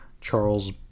Charles